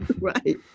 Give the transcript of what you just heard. right